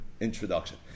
introduction